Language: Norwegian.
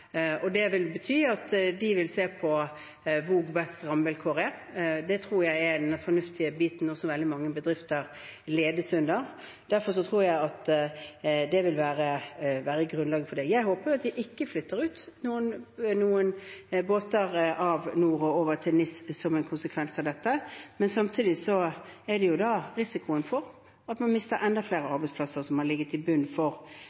og det betyr at de vil se på hvor det er best rammevilkår. Det tror jeg er den fornuftige måten veldig mange bedrifter ledes etter. Derfor tror jeg at det vil være grunnlaget. Jeg håper jo at de ikke flytter noen båter fra NOR og over til NIS som en konsekvens av dette. Samtidig er det risikoen for at man mister enda flere arbeidsplasser som har ligget i bunnen for